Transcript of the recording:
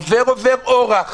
עובר אורח